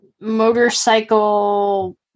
motorcycle